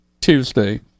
Tuesday